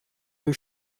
you